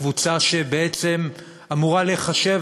קבוצה שבעצם אמורה להיחשב,